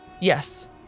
Yes